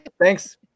Thanks